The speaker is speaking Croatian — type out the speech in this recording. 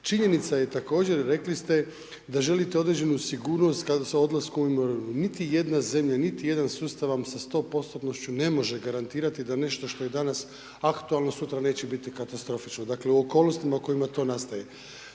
Činjenica je također, rekli ste da želite određenu sigurnost kada se odlasku u mirovinu, niti jedna zemlja, niti jedan sustav vam sa 100%-tnošću ne može garantirati da nešto što je danas aktualno sutra neće biti katastrofično, dakle u okolnostima u kojima to nastaje.